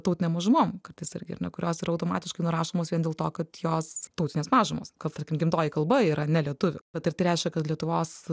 tautinėm mažumom kartais irgi ar ne kurios yra automatiškai nurašomos vien dėl to kad jos tautinės mažumos kad tarkim gimtoji kalba yra ne lietuvių bet ar tai reiškia kad lietuvos